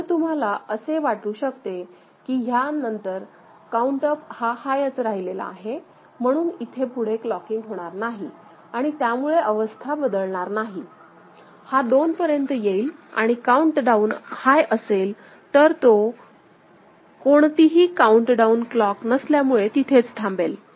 तर तुम्हाला असे वाटू शकते की ह्या नंतर काउंट अप हा हायच राहिलेला आहे म्हणून इथे पुढे क्लॉकिंग होणार नाही आणि त्यामुळे अवस्था बदलणार नाही हा 2 पर्यंत येईल आणि काउंट डाउन हाय असेल तर तो कोणतीही काउंट डाऊन क्लॉक नसल्यामुळे तिथेच थांबेल